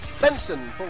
Benson